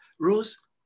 rose